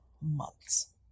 months